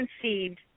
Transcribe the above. conceived